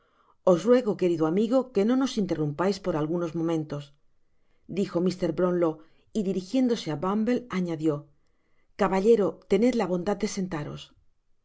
os ruego querido amigo que no nos interrumpais por algunos momentos dijo mr brownlow y dirijiéndose á bumble añadió caballero tened la bondad de sentaros